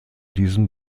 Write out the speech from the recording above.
diesem